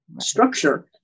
structure